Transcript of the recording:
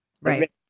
Right